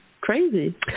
crazy